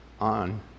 on